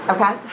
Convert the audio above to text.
Okay